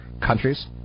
countries